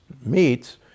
meats